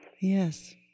Yes